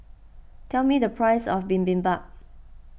tell me the price of Bibimbap